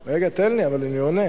רגע, תן לי, אבל אני עונה.